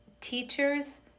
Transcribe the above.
teachers